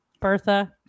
Bertha